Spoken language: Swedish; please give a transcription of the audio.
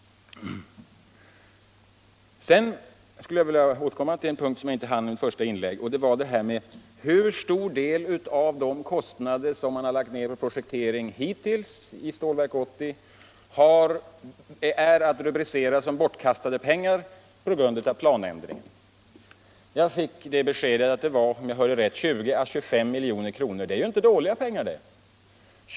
Sedan skulle jag vilja återkomma till en punkt som jag inte hann med under mitt första inlägg. Det gäller hur stor del av de kostnader som man har lagt ned för projektering hittills i Stålverk 80 är att rubricera som bortkastade pengar på grund av planändring. Jag fick det beskedet att det var — om jag hörde rätt — 20 å 25 miljoner kronor. Det är inte små pengar.